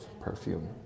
perfume